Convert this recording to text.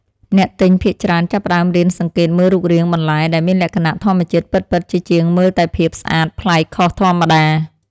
អ្នកទិញភាគច្រើនចាប់ផ្តើមរៀនសង្កេតមើលរូបរាងបន្លែដែលមានលក្ខណៈធម្មជាតិពិតៗជាជាងមើលតែភាពស្អាតប្លែកខុសធម្មតា។